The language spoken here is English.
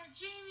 Jamie